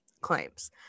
claims